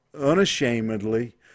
unashamedly